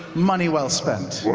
money well spent.